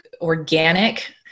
organic